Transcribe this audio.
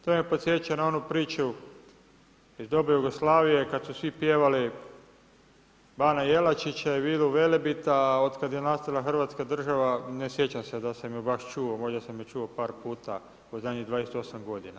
To me podsjeća na onu priču iz doba Jugoslavije kad su svi pjevali bana Jelačića i Vilu Velebita, a od kad je nastala Hrvatska država ne sjećam se da sam ju baš čuo, možda sam ju čuo par puta u zadnjih 28 godina.